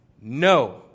No